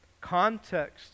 Context